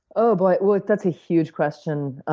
oh, boy, well, that's a huge question.